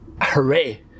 Hooray